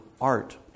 art